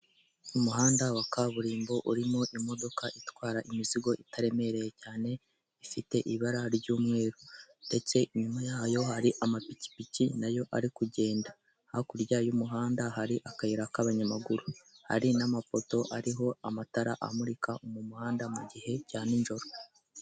Umuhanda wa kaburimbo urimo imodoka itwara imizigo itaremereye cyane ifite ibara ry'umweru ndetse inyuma yayo hari amapikipiki ,nayo ari kugenda hakurya y'umuhanda hari akayira k'abanyamaguru hari n'amapoto ariho amatara amurika mu muhanda mu gihe cya nijoro .